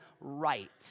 right